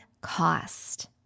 cost